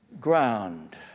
ground